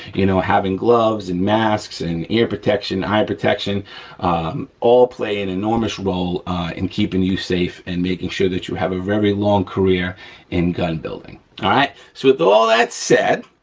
you know, having gloves, and masks, and ear protection, eye protection all play an enormous role in keeping you safe and making sure that you have a very long career in gun building, all right? so with all that said,